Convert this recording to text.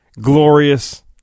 glorious